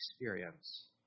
experience